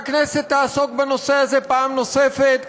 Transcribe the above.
הכנסת הזו פעם נוספת,